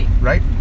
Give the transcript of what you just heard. Right